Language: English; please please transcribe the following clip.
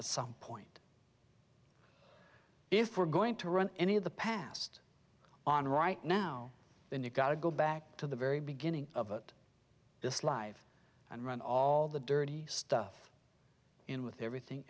diapers some point if we're going to run any of the past on right now then you've got to go back to the very beginning of this life and run all the dirty stuff in with everything